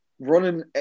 running